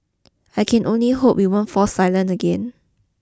I can only hope we won't fall silent again